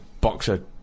boxer